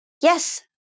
yes